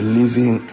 living